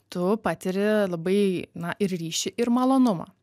tu patiri labai na ir ryšį ir malonumą